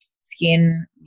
skin